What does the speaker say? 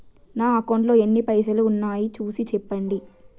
నా అకౌంట్లో ఎన్ని పైసలు ఉన్నాయి చూసి చెప్పండి?